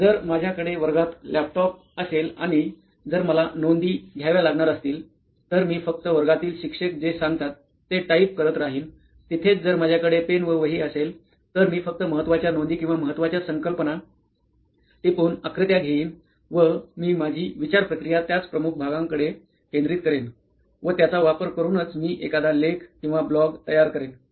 जर माझ्याकडे वर्गात लॅपटॉप असेल आणि जर मला नोंदीनोट्स घ्याव्या लागणार असतील तर मी फक्त वर्गातील शिक्षक जे सांगतात ते टाईप करत राहीन तिथेच जर माझ्याकडे पेन व वही असेल तर मी फक्त महत्वाच्या नोंदी किंवा महत्वाच्या संकल्पना किंवा टिपून आकृत्या घेईन व मी माझी विचार प्रक्रिया त्याच प्रमुख भागांकडे केंद्रित करेन व व त्याचा वापर करूनच मी एखादा लेख किंवा ब्लॉग तयार करेन